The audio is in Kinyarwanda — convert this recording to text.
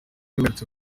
baherutse